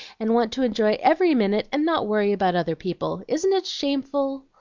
and want to enjoy every minute, and not worry about other people. isn't it shameful?